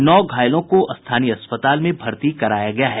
नौ घायलों को स्थानीय अस्पताल में भर्ती कराया गया है